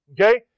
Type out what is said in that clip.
Okay